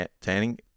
tanning